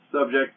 subject